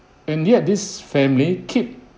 and yet this family keep